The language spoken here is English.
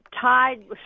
tied